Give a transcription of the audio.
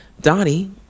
Donnie